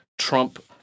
Trump